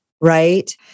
Right